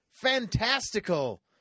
fantastical